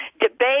debate